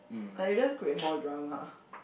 like you just create more drama